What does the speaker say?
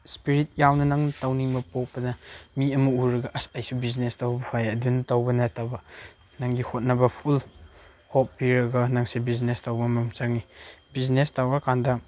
spirit ꯌꯥꯎꯅ ꯅꯪ ꯇꯧꯅꯤꯡꯕ ꯄꯣꯛꯄꯅꯦ ꯃꯤ ꯑꯃ ꯎꯔꯒ ꯑꯁ ꯑꯩꯁꯨ ꯕꯤꯖꯤꯅꯦꯁ ꯇꯧꯕ ꯐꯩ ꯑꯗꯨ ꯇꯧꯕ ꯅꯠꯇꯕ ꯅꯪꯒꯤ ꯍꯣꯠꯅꯕ ꯐꯨꯜ ꯍꯣꯞ ꯄꯤꯔꯒ ꯅꯪꯁꯦ ꯕꯤꯖꯤꯅꯦꯁ ꯇꯧꯕ ꯑꯃ ꯆꯪꯏ ꯕꯤꯖꯤꯅꯦꯁ ꯇꯧꯔ ꯀꯥꯟꯗ